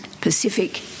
Pacific